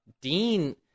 Dean